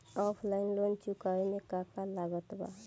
Offline loan चुकावे म का का लागत बा?